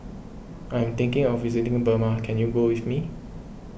I am thinking of visiting Burma can you go with me